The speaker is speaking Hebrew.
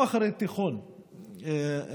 גם אחרי התיכון נפגשנו,